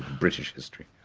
british history.